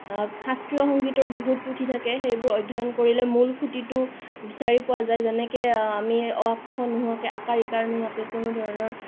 শাস্ত্ৰীয় সংগীতৰ বহুত পুথি থাকে সেইবোৰ অধ্যয়ন কৰিলে মূল সুঁতিটো বিচাৰি পোৱা যায় যেনেকৈ অ আ ক খ আ কাৰ ই কাৰ নোহোৱাকৈ কোনো ধৰণৰ